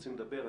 שרוצים לדבר.